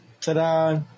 Ta-da